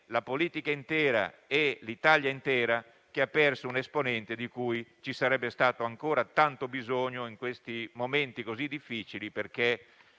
la politica intera e l'Italia intera ad aver perso un esponente di cui ci sarebbe stato ancora tanto bisogno in questi momenti così difficili.